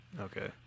Okay